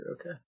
okay